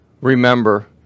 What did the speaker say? remember